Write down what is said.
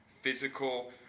physical